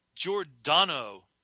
Giordano